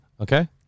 Okay